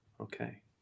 Okay